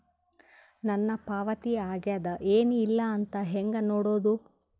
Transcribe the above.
ನನ್ನ ಪಾವತಿ ಆಗ್ಯಾದ ಏನ್ ಇಲ್ಲ ಅಂತ ಹೆಂಗ ನೋಡುದು?